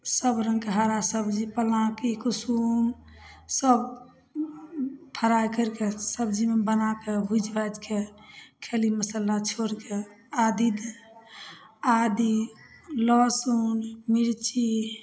सब रङ्गके हारा सब्जी पलाँकी कुसुम सब फ्राइ कैरके सब्जीमे बनाके भुजि भाजिकऽ खेली मसल्ला छोड़ कए आदि आदी लहसुन मिरची